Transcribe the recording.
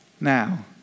now